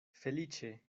feliĉe